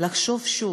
לחשוב שוב: